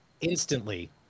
instantly